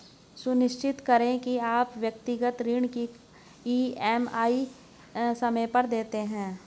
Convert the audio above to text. सुनिश्चित करें की आप व्यक्तिगत ऋण की ई.एम.आई समय पर देते हैं